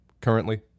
currently